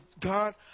God